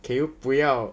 can you 不要